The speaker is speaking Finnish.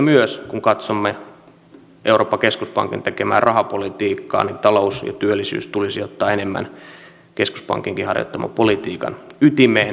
myös kun katsomme euroopan keskuspankin tekemää rahapolitiikkaa niin talous ja työllisyys tulisi ottaa enemmän keskuspankinkin harjoittaman politiikan ytimeen